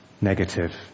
negative